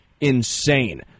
insane